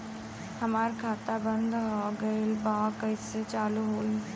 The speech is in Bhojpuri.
हमार खाता बंद हो गईल बा कैसे चालू होई?